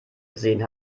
gesehen